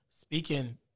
speaking